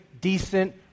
decent